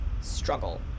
struggle